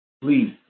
please